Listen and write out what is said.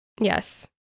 yes